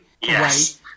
Yes